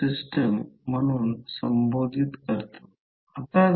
आता म्हणूनच Zin V i1 R1 j L1 हे